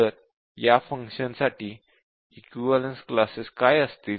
तर या फंक्शन साठी इक्विवलेन्स क्लासेस काय असतील